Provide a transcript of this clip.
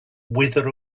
wither